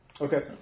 Okay